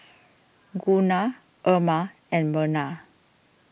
Gunnar Irma and Merna